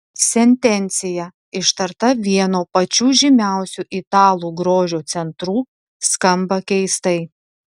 sentencija ištarta vieno pačių žymiausių italų grožio centrų skamba keistai